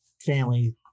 family